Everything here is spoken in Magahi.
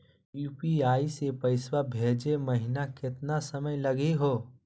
यू.पी.आई स पैसवा भेजै महिना केतना समय लगही हो?